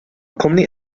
cwmni